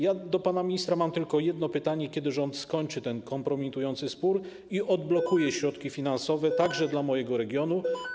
Ja do pana ministra mam tylko jedno pytanie: Kiedy rząd skończy ten kompromitujący spór i odblokuje środki finansowe, także dla mojego regionu?